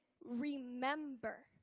remember